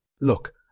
Look